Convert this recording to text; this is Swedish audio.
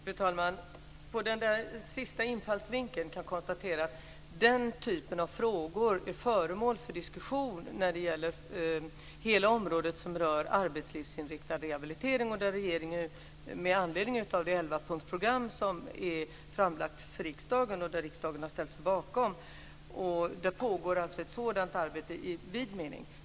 Fru talman! Angående den sista infallsvinkel kan jag konstatera att den typen av frågor är föremål för diskussion när det gäller hela området som berör arbetslivsinriktad rehabilitering. Med anledning av det elvapunktsprogram som regeringen har lagt fram för riksdagen, och som riksdagen har ställt sig bakom, pågår ett arbete i vid mening.